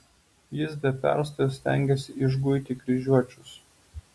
jis be perstojo stengėsi išguiti kryžiuočius